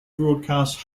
broadcasts